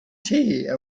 tea